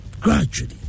gradually